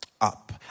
up